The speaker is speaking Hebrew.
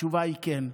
התשובה היא כן.